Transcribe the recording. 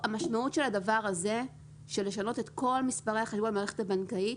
המשמעות של הדבר הזה היא לשנות את כל מספרי החשבון במערכת הבנקאית.